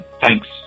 thanks